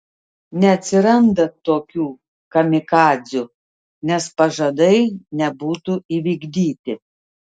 neatsiranda tokių kamikadzių nes pažadai nebūtų įvykdyti